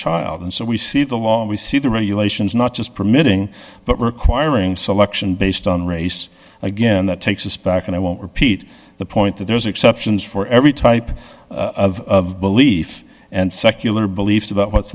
child and so we see the law and we see the regulations not just permitting but requiring selection based on race again that takes us back and i won't repeat the point that there are exceptions for every type of belief and secular beliefs about what's